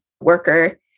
worker